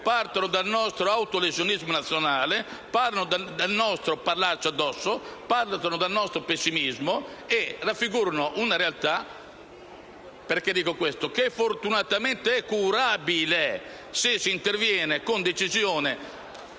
dal nostro autolesionismo nazionale, dal nostro parlarci addosso, dal nostro pessimismo e che raffigurano una realtà che, fortunatamente, è curabile, se si interviene con decisione